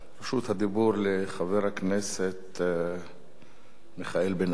רשות הדיבור לחבר הכנסת מיכאל בן-ארי,